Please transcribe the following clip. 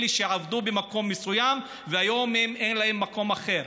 אלה שעבדו במקום מסוים והיום אין להם מקום אחר,